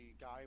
guy